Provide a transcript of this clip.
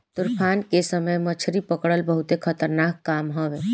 तूफान के समय मछरी पकड़ल बहुते खतरनाक काम हवे